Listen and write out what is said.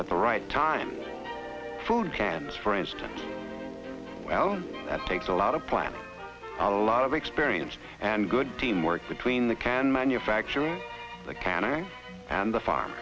at the right time food cans for instance well that takes a lot of planning a lot of experience and good teamwork between the can manufacture the canning and the farm